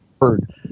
heard